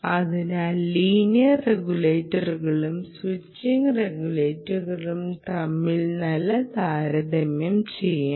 അതിനാൽ ലീനിയർ റെഗുലേറ്ററുകളും സ്വിച്ച് റെഗുലേറ്ററുകളും തമ്മിൽ നല്ല താരതമ്യം ചെയ്യാം